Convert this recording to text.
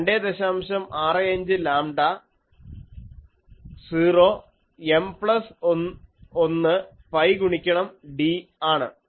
65 lambda 0 M plus 1 pi ഗുണിക്കണം d ആണ്